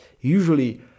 usually